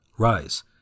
Rise